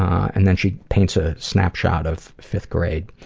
and then she paints a snapshot of fifth grade.